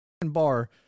bar